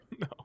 No